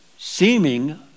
seeming